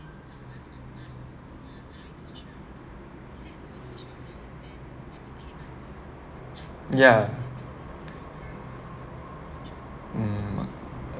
ya hmm